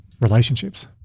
relationships